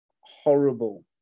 horrible